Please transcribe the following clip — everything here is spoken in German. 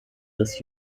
des